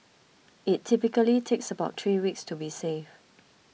it typically takes about three weeks to be safe